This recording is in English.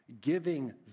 Giving